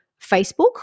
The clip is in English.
Facebook